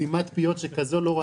ההסתייגות לא התקבלה.